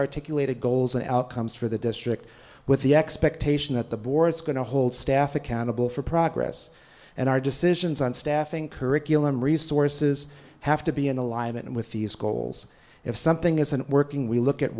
articulated goals and outcomes for the district with the expectation that the board is going to hold staff accountable for progress and our decisions on staffing curriculum resources have to be in alignment with these goals if something isn't working we look at